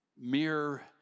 Mere